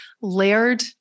layered